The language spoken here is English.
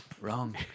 Wrong